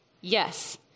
Yes